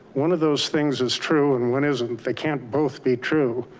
one of those things is true and one isn't, they can't both be true.